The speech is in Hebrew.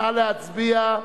נא להצביע.